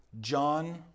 John